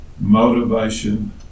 motivation